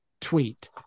tweet